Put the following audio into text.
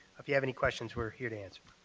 if you have any questions we are here to answer.